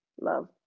love